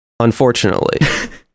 unfortunately